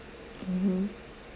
mmhmm